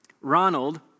Ronald